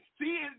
See